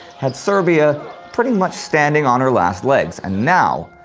had serbia pretty much standing on her last legs, and now,